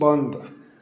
बंद